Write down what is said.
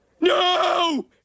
No